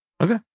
Okay